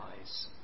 eyes